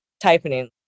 typing